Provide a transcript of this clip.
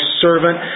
servant